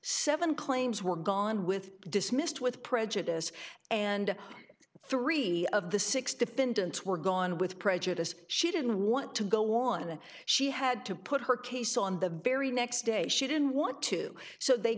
seven claims were gone with dismissed with prejudice and three of the six defendants were gone with prejudice she didn't want to go on and she had to put her case on the very next day she didn't want to so they